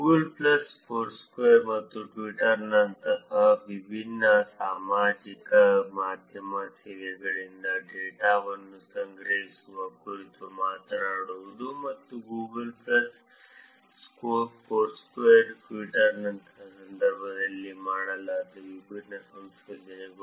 Google Plus Foursquare ಮತ್ತು ಟ್ವಿಟರ್ನಂತಹ ವಿಭಿನ್ನ ಸಾಮಾಜಿಕ ಮಾಧ್ಯಮ ಸೇವೆಗಳಿಂದ ಡೇಟಾವನ್ನು ಸಂಗ್ರಹಿಸುವ ಕುರಿತು ಮಾತನಾಡುವುದು ಮತ್ತು ಗೂಗಲ್ ಪ್ಲಸ್ ಫೋರ್ಸ್ಕ್ವೇರ್ ಮತ್ತು ಟ್ವಿಟರ್ನ ಸಂದರ್ಭದಲ್ಲಿ ಮಾಡಲಾದ ವಿಭಿನ್ನ ಸಂಶೋಧನೆಗಳು